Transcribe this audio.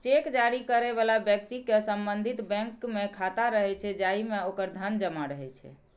cheque जारी करै बला व्यक्ति के संबंधित बैंक मे खाता रहै छै, जाहि मे ओकर धन जमा रहै छै